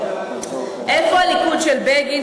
איפה הליכוד של בגין,